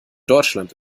deutschland